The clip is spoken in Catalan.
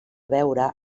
beure